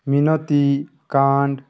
ମିନତୀ କାଣ୍ଡ